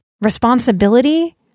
responsibility